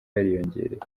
yariyongereye